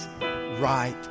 right